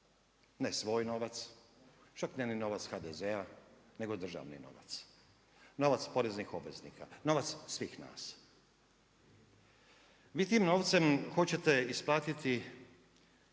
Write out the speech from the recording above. ne svoj novac, čak ne ni novac HDZ-a nego državni novac, novac poreznih obveznika, novac svih nas. Vi tim novcem hoćete isplatiti